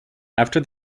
after